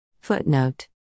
Footnote